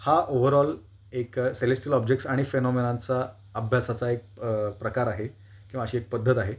हा ओवरऑल एक celestial objects आणि फेनॉमिनांचा अभ्यासाचा एक प्रकार आहे किंवा अशी एक पद्धत आहे